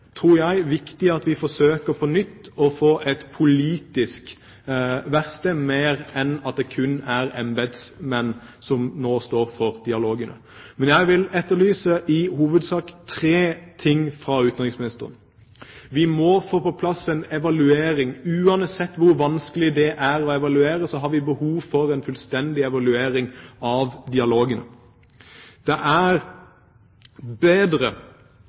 tror jeg, viktig at vi forsøker på nytt å få et politisk verksted mer enn at det kun er embetsmenn som står for dialogene. Jeg vil etterlyse i hovedsak tre ting fra utenriksministeren. Vi må få på plass en evaluering. Uansett hvor vanskelig det er å evaluere, har vi behov for en fullstendig evaluering av dialogene. Det er bedre